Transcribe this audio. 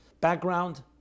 background